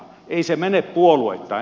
ei se mene puolueittain